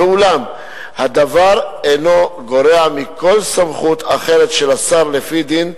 ואולם הדבר אינו גורע מכל סמכות אחרת של השר לפי דין,